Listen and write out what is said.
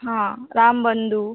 हा रामबंधू